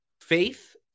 faith